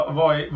voi